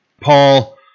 Paul